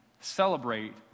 celebrate